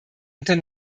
unter